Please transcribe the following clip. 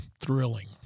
thrilling